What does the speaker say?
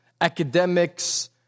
academics